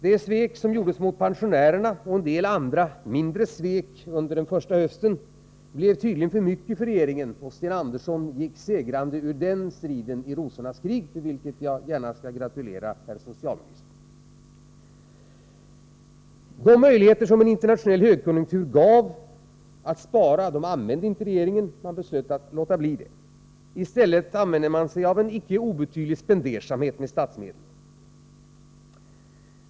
Det svek som gjordes mot pensionärerna och en del andra, mindre svek under den första hösten blev tydligen för mycket för regeringen. Sten Andersson gick segrande ur den striden i rosornas krig, till vilket jag gärna skall gratulera herr socialministern. De möjligheter en internationell högkonjunktur gav att spara använder inte regeringen. Man beslöt att låta bli det. I stället visade man en icke obetydlig spendersamhet med statsmedel.